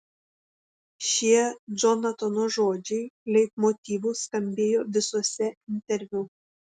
šie džonatano žodžiai leitmotyvu skambėjo visuose interviu